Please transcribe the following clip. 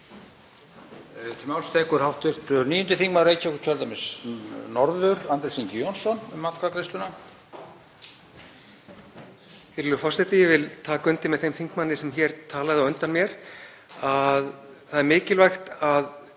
Það er þó mikilvægt að